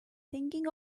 thinking